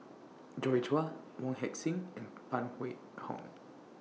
Joi Chua Wong Heck Sing and Phan Wait Hong